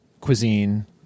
cuisine